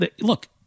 Look